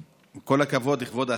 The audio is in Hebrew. עם כל הכבוד לכבוד השר,